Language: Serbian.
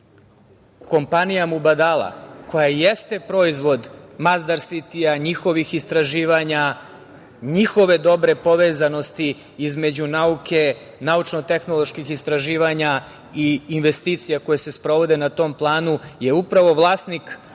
Kompanija „Mubadala“, koja jeste proizvod Masdar Sitija, njihovih istraživanja, njihove dobre povezanosti između nauke, naučno-tehnoloških istraživanja i investicija koje se sprovode na tom planu, je upravo vlasnik vetrenjača